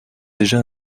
déjà